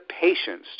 patience